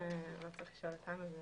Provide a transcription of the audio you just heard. את זה לא צריך לשאול אותנו.